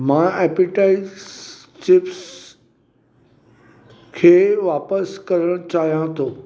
मां ऐपीटाइस चिप्स खे वापसि करणु चाहियां थो